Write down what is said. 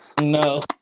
No